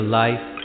life